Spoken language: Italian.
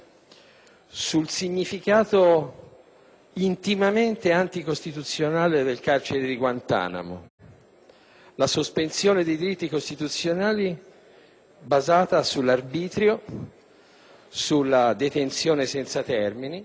sul significato intimamente anticostituzionale del carcere di Guantanamo: la sospensione dei diritti costituzionali basata sull'arbitrio, sulla detenzione senza termini,